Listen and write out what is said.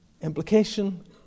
Implication